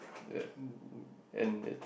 that and it